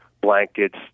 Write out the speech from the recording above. blankets